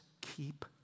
keep